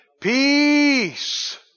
Peace